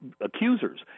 accusers